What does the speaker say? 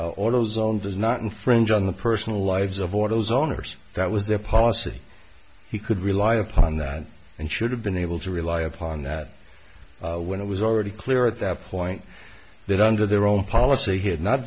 although zone does not infringe on the personal lives of orders owners that was their policy he could rely upon that and should have been able to rely upon that when it was already clear at that point that under their own policy he had not